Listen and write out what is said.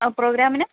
പ്രോഗ്രാമിന്